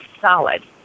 solid